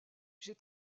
j’ai